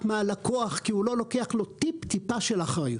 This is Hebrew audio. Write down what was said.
מהלקוח כי הוא לא לוקח לו טיפ טיפה של אחריות.